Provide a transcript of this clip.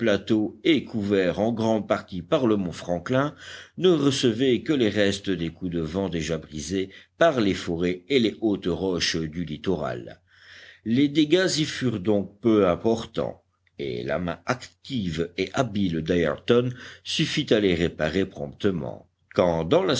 et couvert en grande partie par le mont franklin ne recevait que les restes des coups de vent déjà brisés par les forêts et les hautes roches du littoral les dégâts y furent donc peu importants et la main active et habile d'ayrton suffit à les réparer promptement quand dans la